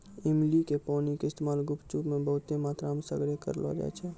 इमली के पानी के इस्तेमाल गुपचुप मे बहुते मात्रामे सगरे करलो जाय छै